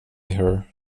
her